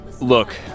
look